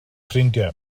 ffrindiau